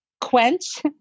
quench